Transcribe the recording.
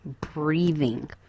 breathing